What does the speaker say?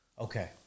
Okay